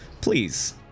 Please